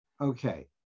okay